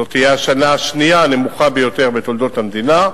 זאת תהיה השנה השנייה הנמוכה ביותר בתולדות המדינה.